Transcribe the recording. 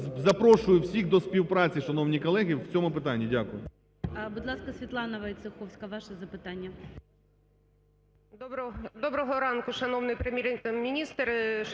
Запрошую всіх до співпраці, шановні колеги, в цьому питанні. Дякую.